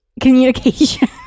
Communication